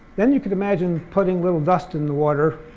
then you could imagine putting little dust in the water,